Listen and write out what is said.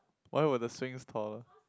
why were the swings taller